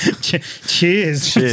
Cheers